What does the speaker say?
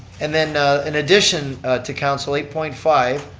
and then in addition to council eight point five,